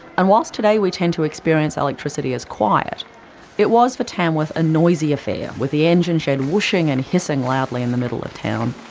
and today we tend to experience electricity as quiet it was for tamworth, a noisy affair with the engine shed whooshing and hissing loudly in the middle of town.